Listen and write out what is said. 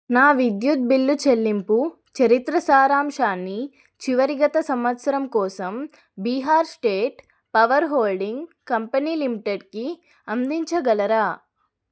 నా విద్యుత్ బిల్లు చెల్లింపు చరిత్ర సారాంశాన్ని చివరి గత సంవత్సరం కోసం Bihar state power holding company లిమిటెడ్కి అందించగలరా